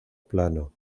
plano